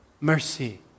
mercy